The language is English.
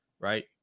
right